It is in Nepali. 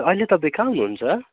अहिले तपाईँ कहाँ हुनुहुन्छ